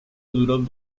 duró